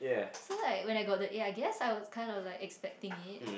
so like when I got the A I guess I was kind of like expecting it